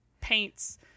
paints